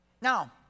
Now